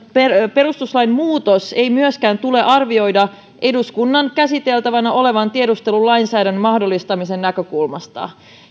perustuslain muutosta ei myöskään tule arvioida eduskunnan käsiteltävänä olevan tiedustelulainsäädännön mahdollistamisen näkökulmasta